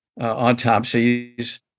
autopsies